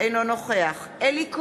אינו נוכח אלי כהן,